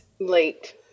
Late